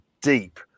deep